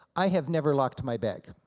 i have never locked my bag.